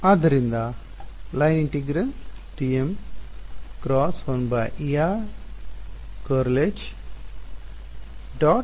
ಆದ್ದರಿಂದ ∮🡪line integral ಸರಿ